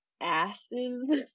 asses